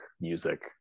music